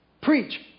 Preach